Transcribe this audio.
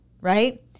right